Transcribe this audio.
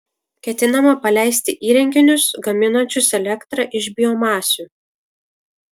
ketinama paleisti įrenginius gaminančius elektrą iš biomasių